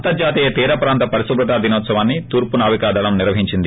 అంతర్జాతీయ తీరప్రాంత పరిశుభ్రత దినోత్సవాన్ని తూర్పు నావికాదళం నిర్వహించింది